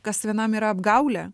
kas vienam yra apgaulė